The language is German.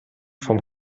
vom